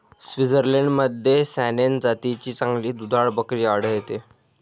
स्वित्झर्लंडमध्ये सॅनेन जातीची चांगली दुधाळ बकरी आढळते